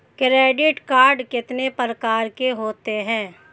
Credit card कितने प्रकार के होते हैं?